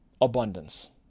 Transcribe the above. abundance